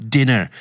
Dinner